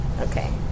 Okay